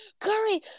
Curry